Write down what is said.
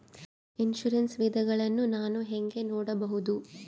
Insurance ವಿಧಗಳನ್ನ ನಾನು ಹೆಂಗ ನೋಡಬಹುದು?